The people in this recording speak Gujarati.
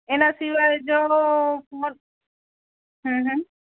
એના સિવાય જો હમમ